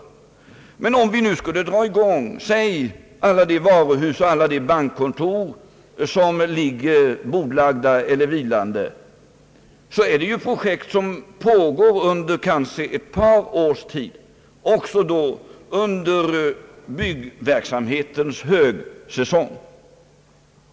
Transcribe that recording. Om vi däremot nu skulle sätta i gång alla de arbeten på varuhus eller bankkontor, som nu vilar, kommer ju dessa stora arbeten att pågå under ett par års tid, också under byggverksamhetens högsäsong.